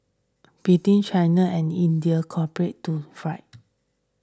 between China and India cooperate to fight